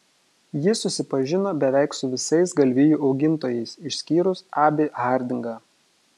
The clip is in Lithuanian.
ji susipažino beveik su visais galvijų augintojais išskyrus abį hardingą